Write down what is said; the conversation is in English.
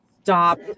Stop